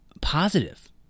positive